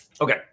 Okay